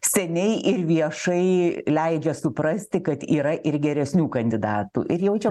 seniai ir viešai leidžia suprasti kad yra ir geresnių kandidatų ir jau čia